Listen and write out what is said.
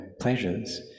pleasures